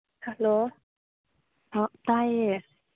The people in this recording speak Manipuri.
ꯍꯜꯂꯣ ꯑꯥ ꯇꯥꯏꯌꯦ